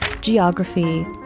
geography